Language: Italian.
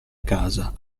casa